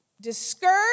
discouraged